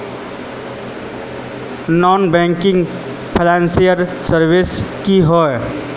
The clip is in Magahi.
नॉन बैंकिंग फाइनेंशियल सर्विसेज की होय?